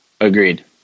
agreed